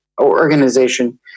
organization